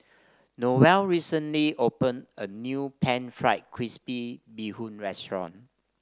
Noel recently opened a new pan fried crispy Bee Hoon restaurant